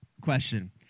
question